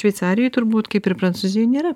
šveicarijoj turbūt kaip ir prancūzijoj nėra